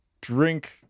drink